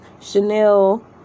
Chanel